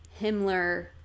Himmler